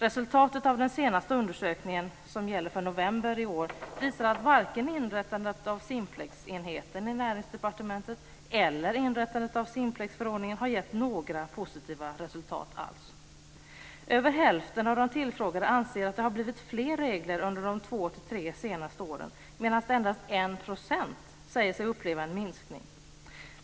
Resultatet av den senaste undersökningen, som gäller för november i år, visar att varken inrättandet av Simplexenheten vid Näringsdepartementet eller inrättandet av Simplexförordningen har givit några positiva resultat alls. Över hälften av de tillfrågade anser att det har blivit fler regler under de senaste 2-3 åren medan endast 1 % säger sig uppleva en minskning.